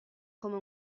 come